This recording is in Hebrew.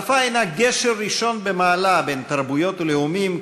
השפה הנה גשר ראשון במעלה בין תרבויות ולאומים,